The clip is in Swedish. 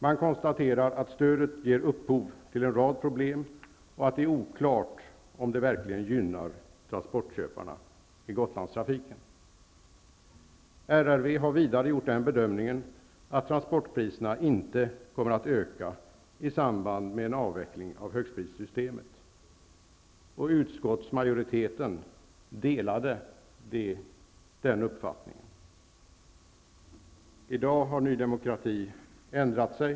Man konstaterar att stödet ger upphov till en rad problem och att det är oklart om det verkligen gynnar transportköparna i RRV har vidare gjort bedömningen att transportpriserna inte kommer att öka i samband med en avveckling av högstprissystemet. Utskottsmajoriteten delar den uppfattningen. I dag har Ny demokrati ändrat sig.